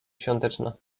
świąteczna